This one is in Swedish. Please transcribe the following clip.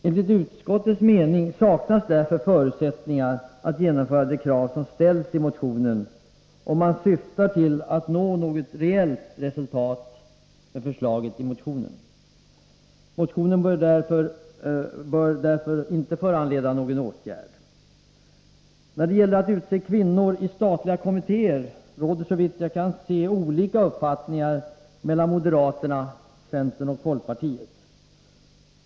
Enligt utskottets mening saknas på grund härav förutsättningar att genomföra de krav som ställs i motionen, om man syftar till att nå något reellt resultat med förslaget i denna. Motionen bör därför inte föranleda någon åtgärd. När det gäller att utse kvinnor i statliga kommittéer råder såvitt jag kan se olika uppfattningar mellan moderaterna, centern och folkpartiet.